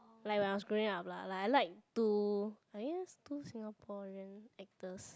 like when I was growing up lah like I like two I think it's two Singaporean actors